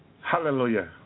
Hallelujah